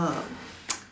uh